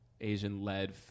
Asian-led